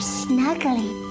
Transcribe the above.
snuggly